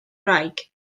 wraig